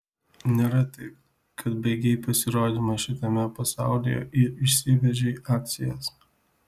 nėra taip kad baigei pasirodymą šitame pasaulyje ir išsivežei akcijas